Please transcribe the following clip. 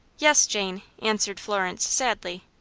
yes, jane, answered florence, sadly.